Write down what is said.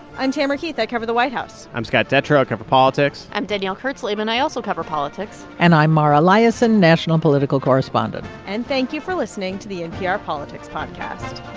i'm tamara keith. i cover the white house i'm scott detrow. i cover politics i'm danielle kurtzleben. i also cover politics and i'm mara liasson, national political correspondent and thank you for listening to the npr politics podcast